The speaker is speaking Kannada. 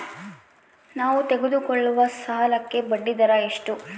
ನಾವು ತೆಗೆದುಕೊಳ್ಳುವ ಸಾಲಕ್ಕೆ ಬಡ್ಡಿದರ ಎಷ್ಟು?